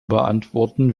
beantworten